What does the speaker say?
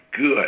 good